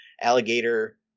Alligator